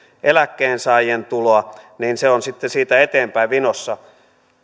eläkkeensaajien tuloa niin se on sitten siitä eteenpäin vinossa